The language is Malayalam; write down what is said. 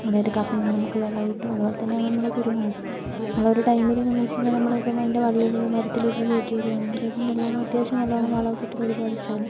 അതായത് കാപ്പിയിൽ നിന്ന് നമുക്ക് വിളവ് കിട്ടും അതുപോലെ തന്നെയാണ് നമ്മളെ കുരുമുളക് നമ്മൾ ഒരു ടൈമിൽ എന്താണെന്ന് വെച്ചിട്ടുണ്ടങ്കിൽ നമ്മൾ ഇപ്പോൾ അതിൻ്റെ വള്ളികൾ മരത്തിലേക്ക് കയറ്റി വിടുകയാണെങ്കിൽ അത് നല്ലോണം അത്യാവശ്യം നല്ലോണം വളമൊക്കെ ഇട്ട് പരിപാലിച്ചാൽ